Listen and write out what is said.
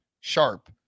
sharp